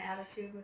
attitude